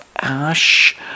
ash